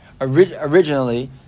Originally